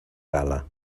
gala